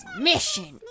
mission